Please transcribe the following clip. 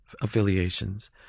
affiliations